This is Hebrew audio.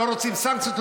הם לא רוצים סנקציות,